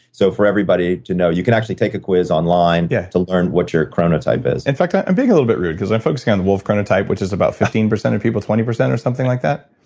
so, for everybody to know, you can actually take a quiz online yeah to learn what your chronotype is in fact, i'm being a little bit rude because i'm focusing on the wolf chronotype which is about fifteen percent of people, twenty percent or something like that.